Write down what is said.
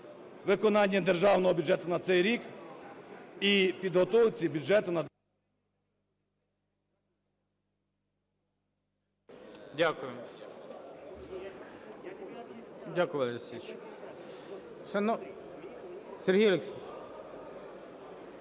виконанні Державного бюджету на цей рік і підготовці бюджету